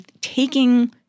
Taking